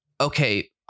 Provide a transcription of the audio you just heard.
okay